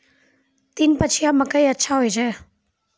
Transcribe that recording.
तीन पछिया मकई अच्छा होय छै?